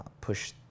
push